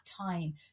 time